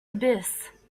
abyss